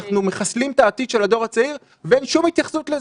אנחנו מחסלים את העתיד של הדור הצעיר ואין שום התייחסות לזה.